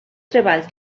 treballs